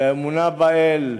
האמונה באל,